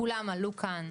כולם עלו כאן,